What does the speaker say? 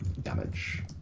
damage